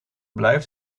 blijft